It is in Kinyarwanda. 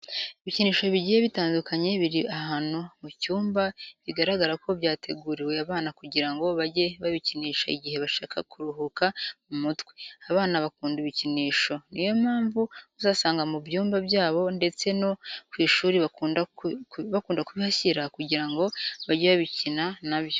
Ibikinisho bigiye bitandukanye biri ahantu mu cyumba bigaragara ko byateguriwe abana kugira ngo bajye babikinisha igihe bashaka kuruhuka mu mutwe. Abana bakunda ibikinisho, niyo mpamvu uzasanga mu byumba byabo ndetse no ku ishuri bakunda kubihashyira kugira ngo bajye bakina na byo.